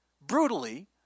brutally